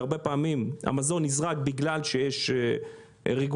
והרבה פעמים המזון נזרק בגלל שיש רגולציה